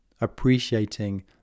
appreciating